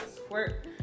squirt